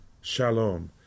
shalom